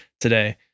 today